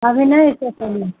अभी नहि होयतै सही